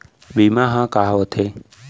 बीमा ह का होथे?